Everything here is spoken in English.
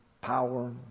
power